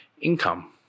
income